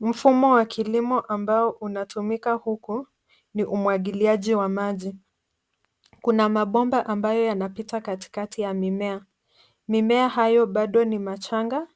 Mfumo wa kilimo ambao unatumika huku ni umwagiliaji wa maji. Kuna mabomba ambayo yanapita katikati ya mimea. Mimea hayo bado ni machanga